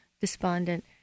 despondent